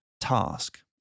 task